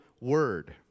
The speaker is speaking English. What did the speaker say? word